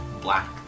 black